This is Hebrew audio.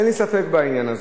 אין לי ספק בעניין הזה.